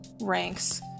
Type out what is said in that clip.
ranks